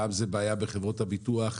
פעם זו בעיה בחברות הביטוח,